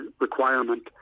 requirement